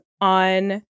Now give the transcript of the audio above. on